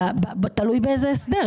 תלוי באיזה הסדר.